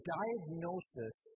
diagnosis